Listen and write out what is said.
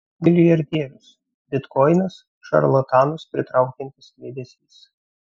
milijardierius bitkoinas šarlatanus pritraukiantis kliedesys